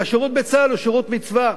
והשירות בצה"ל הוא שירות מצווה.